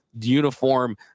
uniform